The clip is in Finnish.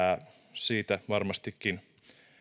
siitä varmastikin